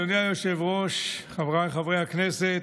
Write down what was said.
אדוני היושב-ראש, חבריי חברי הכנסת,